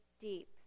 deep